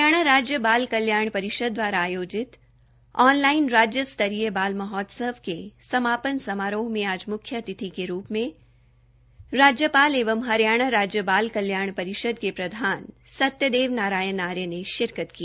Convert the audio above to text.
हरियाणा राज्य बाल कल्याण परिषद द्वारा आयोजित ऑनलाइन राज्य स्तरीय बाल महोत्सव के समापन समारोह में आज म्ख्य अतिथि के रुप में राज्यपाल एवं हरियाणा राज्य बाल कल्याण परिषद के प्रधान श्री सत्यदेव नारायण आर्य ने शिरकत की